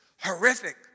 horrific